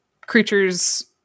creatures